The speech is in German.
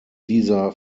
dieser